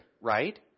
right